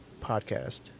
podcast